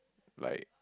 like